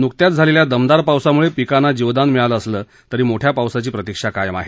नुकत्याच झालेल्या दमदार पावसामुळे पिकांना जीवदान मिळालं असलं तरी मोठ्या पावसाची प्रतिक्षा कायम आहे